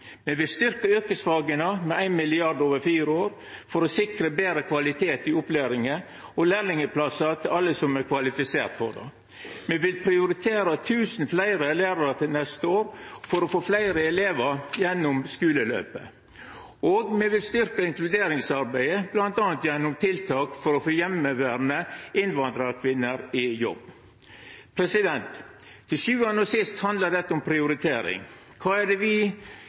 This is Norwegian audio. Me vil styrkje yrkesfaga med 1 mrd. kr over fire år for å sikre betre kvalitet i opplæringa og lærlingplassar til alle som er kvalifiserte for det. Me vil prioritere tusen fleire lærarar til neste år for å få fleire elevar gjennom skuleløpet. Og me vil styrkje inkluderingsarbeidet bl.a. gjennom tiltak for å få heimeverande innvandrarkvinner i jobb. Til sjuande og sist handlar dette om prioritering. Kva er det